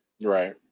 Right